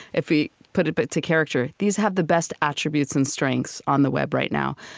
if we put it but to character, these have the best attributes and strengths on the web right now.